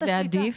אחד לפחות.